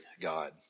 God